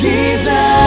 Jesus